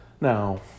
Now